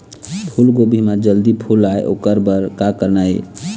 फूलगोभी म जल्दी फूल आय ओकर बर का करना ये?